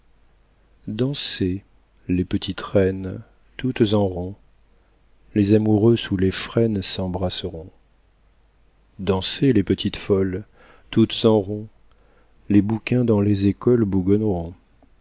dansez les petites reines toutes en rond les amoureux sous les frênes s'embrasseront dansez les petites belles toutes en rond les bouquins dans les écoles bougonneront